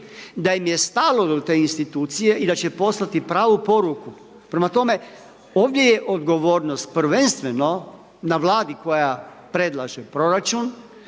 da im je stalo do te institucije i da će poslati pravu poruku. Prema tome, ovdje je odgovornost, prvenstveno na vladi koja predlaže proračun,